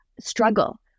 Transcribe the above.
struggle